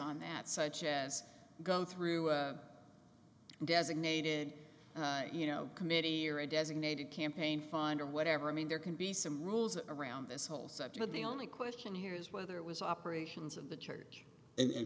on that such as going through a designated you know committee or a designated campaign fined or whatever i mean there can be some rules around this whole sector but the only question here is whether it was operations of the church and